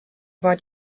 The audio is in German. war